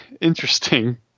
interesting